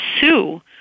Sue